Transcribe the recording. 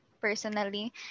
personally